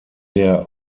der